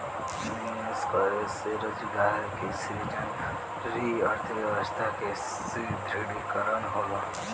निवेश करे से रोजगार के सृजन अउरी अर्थव्यस्था के सुदृढ़ीकरन होला